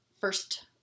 first